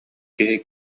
киһи